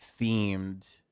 themed